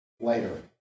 later